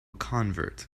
convert